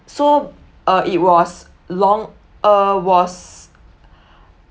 so uh it was long uh was